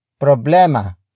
Problema